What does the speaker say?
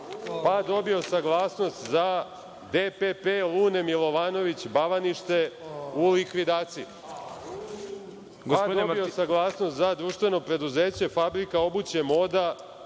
pa dobio saglasnost za DPP „Lune Milovanović“ Bavanište, u likvidaciji, pa dobio saglasnost za društveno preduzeće Fabrika obuće „Moda“